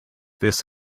this